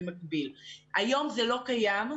היום זה לא קיים,